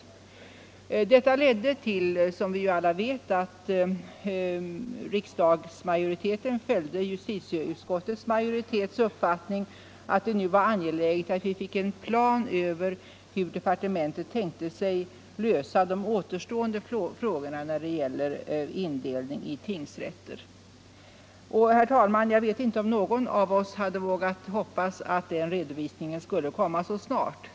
Riksdagsmajoriteten delade vidare, som vi alla vet, majoritetens uppfattning i justitieutskottet och uttalade att det nu var angeläget att vi fick en plan över hur departementet tänkte sig den återstående indelningen i domsagor. Jag vet inte om någon av oss hade vågat hoppas att den redovisningen skulle komma så snabbt.